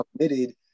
committed